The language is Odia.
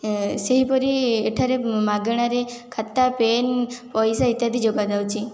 ସେହିପରି ଏଠାରେ ମାଗଣାରେ ଖାତା ପେନ୍ ପଇସା ଇତ୍ୟାଦି ଯୋଗାଯାଉଛି